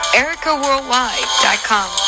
ericaworldwide.com